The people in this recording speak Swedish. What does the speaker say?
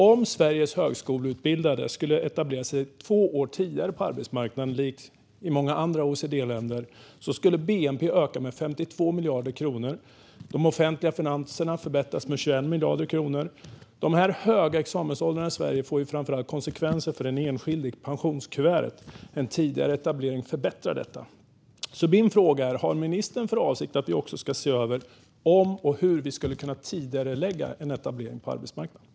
Om Sveriges högskoleutbildade skulle etablera sig två år tidigare på arbetsmarknaden, likt i många andra OECD-länder, skulle bnp öka med 52 miljarder kronor och de offentliga finanserna förbättras med 21 miljarder kronor. De höga examensåldrarna i Sverige får framför allt konsekvenser för den enskilde i pensionskuvertet. En tidigare etablering förbättrar detta. Min fråga är: Har ministern för avsikt att också se över om och hur vi skulle kunna tidigarelägga en etablering på arbetsmarknaden?